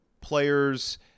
Players